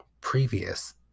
previous